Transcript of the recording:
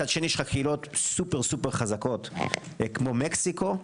מצד שני יש לך שאלות סופר חזקות כמו מקסיקו,